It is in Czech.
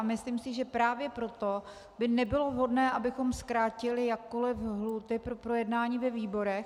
Myslím si, že právě proto by nebylo vhodné, abychom zkrátili jakkoliv lhůty pro projednání ve výborech.